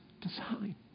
design